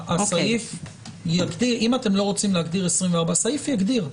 אם אתם לא רוצים להגדיר 24, הסעיף יגדיר.